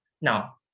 Now